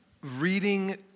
Reading